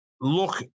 look